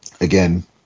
again